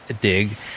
dig